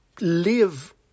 live